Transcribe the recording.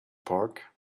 park